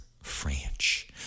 French